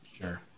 Sure